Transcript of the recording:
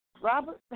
Robert